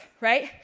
right